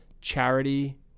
charity